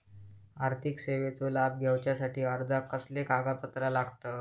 आर्थिक सेवेचो लाभ घेवच्यासाठी अर्जाक कसले कागदपत्र लागतत?